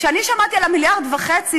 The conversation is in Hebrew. כשאני שמעתי על המיליארד וחצי,